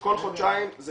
כל חודשיים הם מקבלים עדכון.